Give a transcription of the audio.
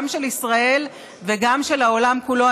גם של ישראל וגם של העולם כולו.